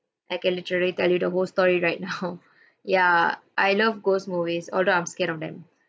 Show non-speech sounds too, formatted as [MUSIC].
I can literary tell you the whole story right now [LAUGHS] ya I love ghost movies although I'm scared of them